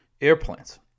airplanes